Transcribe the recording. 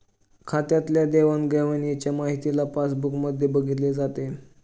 खात्यातल्या देवाणघेवाणच्या माहितीला पासबुक मध्ये बघितले जाते